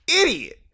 idiot